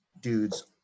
dude's